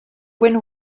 win